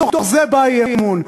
מתוך זה בא אי-אמון.